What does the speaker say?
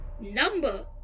Number